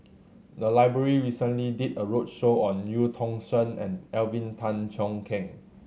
the library recently did a roadshow on Eu Tong Sen and Alvin Tan Cheong Kheng